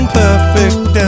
perfect